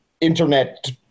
internet